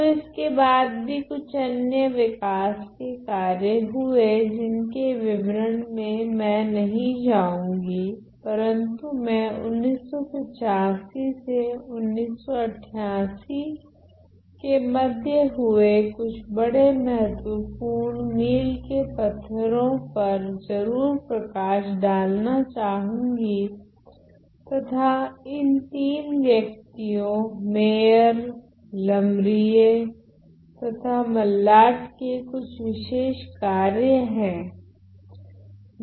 तो इसके बाद भी कुछ अन्य विकास के कार्य हुए जिनके विवरण में मैं नहीं जाऊँगी परंतु मैं 1985 से 1988 के मध्य हुए कुछ बड़े महत्वपूर्ण मील के पत्थरो पर जरूर प्रकाश डालना चहुंगी तथा इन तीन व्यक्तियों मेयर लमरिए तथा मल्लाट के कुछ विशेष कार्य हैं